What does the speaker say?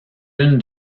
une